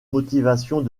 motivations